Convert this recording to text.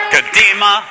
Kadima